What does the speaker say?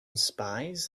spies